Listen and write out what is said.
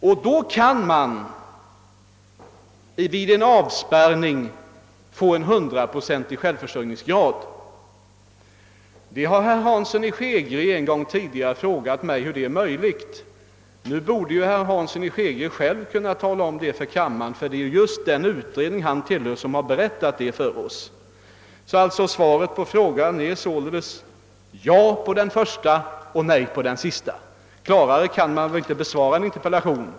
Vid avspärrning kan man då få en 100-procentig självförsörjningsgrad. Herr Hansson i Skegrie har en gång tidigare frågat mig hur det är möjligt. Nu borde herr Hansson själv kunna tala om det för kammaren, ty det är just den utredning som han tillhör som har berättat det för OSS. Svaret på herr Hanssons frågor är således ja på den första och nej på den andra; klarare kan man inte besvara en interpellation.